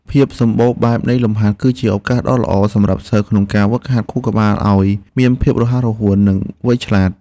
ភាពសម្បូរបែបនៃលំហាត់ គឺជាឱកាសដ៏ល្អសម្រាប់សិស្សក្នុងការហ្វឹកហាត់ខួរក្បាលឱ្យមានភាពរហ័សរហួននិងវៃឆ្លាត។